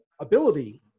ability